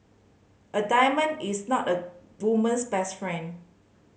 a diamond is not a woman's best friend